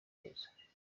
neza